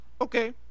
okay